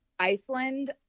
Iceland